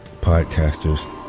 podcasters